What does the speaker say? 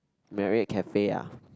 Marriot Cafe ah